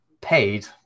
paid